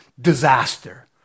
Disaster